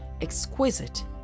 exquisite